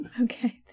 Okay